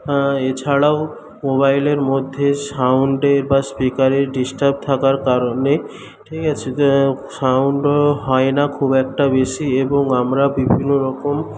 এছাড়াও মোবাইলের মধ্যে সাউন্ডের বা স্পিকারের ডিস্টার্ব থাকার কারণে ঠিক আছে সাউন্ডও হয় না খুব একটা বেশী এবং আমরা বিভিন্নরকম